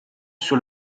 sur